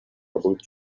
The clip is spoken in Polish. obok